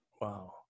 Wow